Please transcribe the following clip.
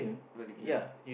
very clear ah